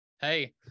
Hey